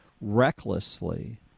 recklessly